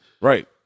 Right